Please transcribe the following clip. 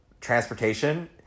transportation